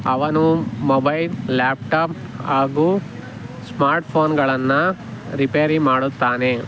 ಅವನು mobile laptop ಹಾಗೂ ಸ್ಮಾರ್ಟ್ಫೋನ್ಗಳನ್ನು ರಿಪೇರಿ ಮಾಡುತ್ತಾನೆ